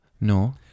No